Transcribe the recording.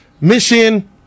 Mission